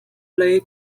lay